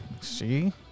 See